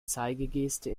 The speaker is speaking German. zeigegeste